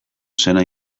zena